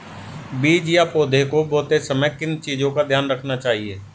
बीज या पौधे को बोते समय किन चीज़ों का ध्यान रखना चाहिए?